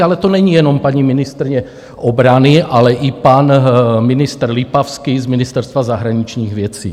Ale to není jenom paní ministryně obrany, ale i pan ministr Lipavský z Ministerstva zahraničních věcí.